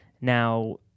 Now